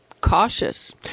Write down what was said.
cautious